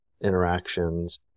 interactions